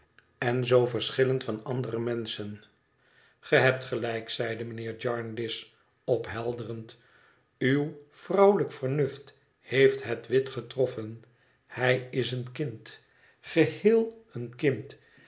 en zoo verschillend van andere menschen gij hebt gelijk zeide mijnheer jarndyce ophelderend uw vrouwelijk vernuft heeft het wit getroffen hij is een kind geheel een kind